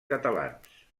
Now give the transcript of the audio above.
catalans